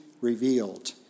revealed